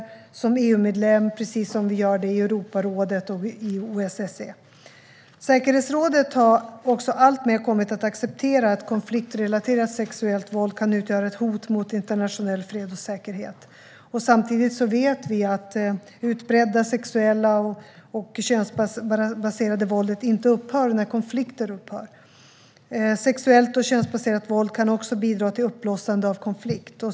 Vi gör det som EU-medlem precis som vi gör det i Europarådet och i OSSE. Säkerhetsrådet har också alltmer kommit att acceptera att konfliktrelaterat sexuellt våld kan utgöra ett hot mot internationell fred och säkerhet. Samtidigt vet vi att det utbredda sexuella och könsbaserade våldet inte upphör när konflikter upphör. Sexuellt och könsbaserat våld kan också bidra till uppblossande av konflikt.